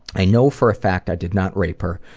i know for a fact i did not rape her,